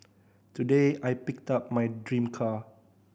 today I picked up my dream car